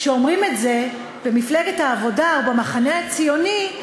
כשאומרים את זה במפלגת העבודה או במחנה הציוני,